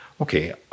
okay